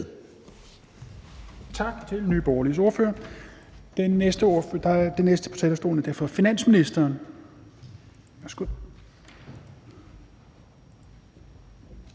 Tak til Nye Borgerliges ordfører. Den næste på talerstolen er derfor finansministeren. Værsgo.